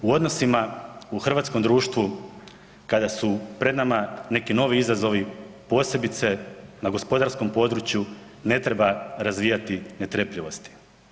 U odnosima u hrvatskom društvu kada su pred nama neki novi izazovi, posebice na gospodarskom području ne treba razvijati netrpeljivosti.